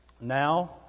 Now